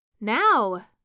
Now